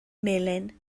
melin